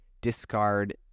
discard